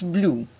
Blue